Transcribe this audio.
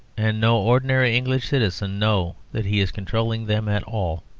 and no ordinary english citizen know that he is controlling them at all.